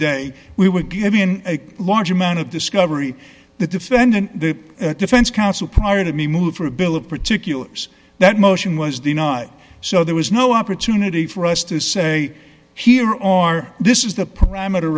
day we were given a large amount of discovery the defendant the defense counsel prior to me move for a bill of particulars that motion was denied so there was no opportunity for us to say here are this is the parameter